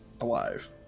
alive